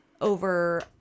over